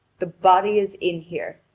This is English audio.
the body is in here,